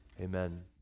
Amen